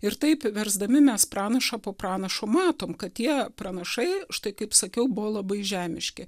ir taip versdami mes pranašą po pranašo matom kad tie pranašai štai kaip sakiau buvo labai žemiški